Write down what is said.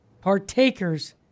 partakers